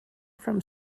from